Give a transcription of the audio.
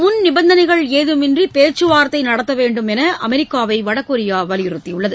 முன் நிபந்தனைகள் ஏதுமின்றி பேச்சு வார்த்தை நடத்த வேண்டும் என்று அமெரிக்காவை வடகொரியா வலியுறுத்தியுள்ளது